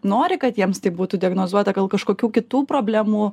nori kad jiems tai būtų diagnozuota dėl kažkokių kitų problemų